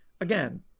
Again